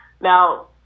Now